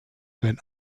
wenn